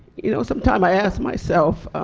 you know sometimes ask myself